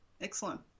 Excellent